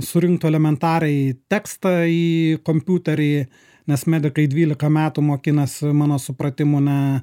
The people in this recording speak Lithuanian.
surinktų elementariai tekstą į kompiuterį nes medikai dvylika metų mokinasi mano supratimu ne